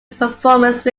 performance